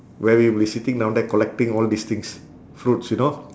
where we'll be sitting down there collecting all these things fruits you know